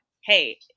hey